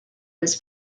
was